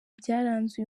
byaranze